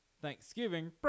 Thanksgiving